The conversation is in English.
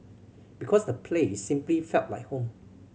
because the place simply felt like home